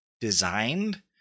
designed